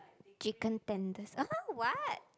chicken tenders uh what